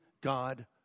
God